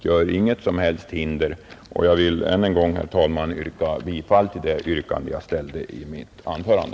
Jag vidhåller det yrkande jag ställde i mitt anförande.